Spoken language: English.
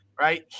right